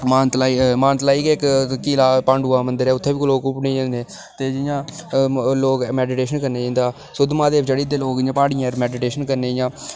मानतलाई गै इक्क किला पंडुऐं दा मंदर ऐ ते उत्थै बी लोक घुमने गी जंदे जि'यां लोग मेडीटेशन करने गी जंदे सुद्धमहादेव लोक चढ़ी जंदे प्हाड़ि्यें पर इंया मेडीटेशन करने गी